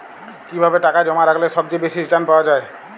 কিভাবে টাকা জমা রাখলে সবচেয়ে বেশি রির্টান পাওয়া য়ায়?